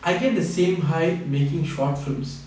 I get the same high making short films